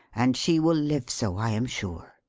and she will live so i am sure.